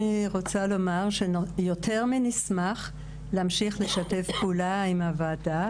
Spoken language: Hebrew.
אני רוצה לומר שיותר מנשמח להמשיך לשתף פעולה עם הוועדה,